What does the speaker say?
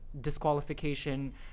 disqualification